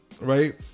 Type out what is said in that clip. right